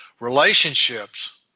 Relationships